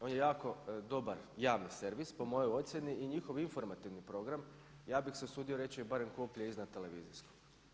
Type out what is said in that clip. On je jako dobar javni servis po mojoj ocjeni i njihov informativni program ja bih se usudio reći je barem kopija iznad televizijskog.